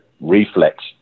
reflex